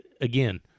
again